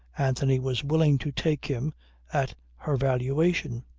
anthony was willing to take him at her valuation.